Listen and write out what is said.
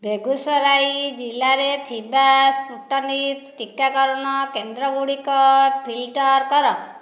ବେଗୁସରାଇ ଜିଲ୍ଲାରେ ଥିବା ସ୍ପୁଟନିକ୍ ଟିକାକରଣ କେନ୍ଦ୍ରଗୁଡ଼ିକ ଫିଲ୍ଟର କର